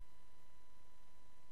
זה